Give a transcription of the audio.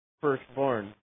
firstborn